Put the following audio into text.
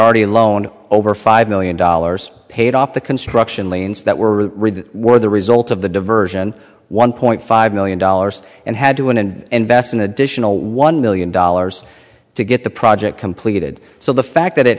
already loan over five million dollars paid off the construction liens that were read were the result of the diversion one point five million dollars and had to win and invest an additional one million dollars to get the project completed so the fact that it